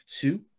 two